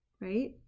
right